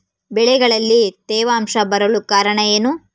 ಬೆಳೆಗಳಲ್ಲಿ ತೇವಾಂಶ ಬರಲು ಕಾರಣ ಏನು?